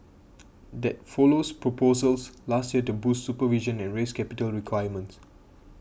that follows proposals last year to boost supervision and raise capital requirements